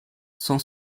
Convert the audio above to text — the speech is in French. cent